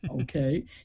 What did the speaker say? Okay